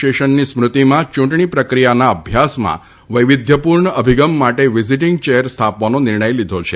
શેષનની સ્મૃતિમાં ચૂંટણી પ્રક્રિયાના અભ્યાસમાં વૈવિધ્યપૂર્ણ અભિગમ માટે વિઝીટીંગ ચેર સ્થાપવાનો નિર્ણય લીધો છે